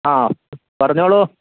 ആ പറഞ്ഞോളൂ